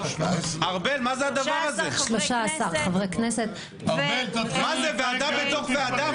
מה זה, ועדה בתוך ועדה?